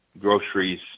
groceries